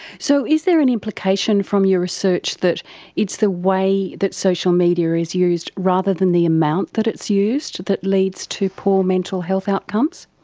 so is there an implication from your research that it's the way that social media is used rather than the amount that it's used that leads to poor mental health outcomes?